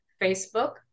Facebook